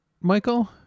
Michael